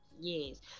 Yes